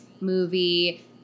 movie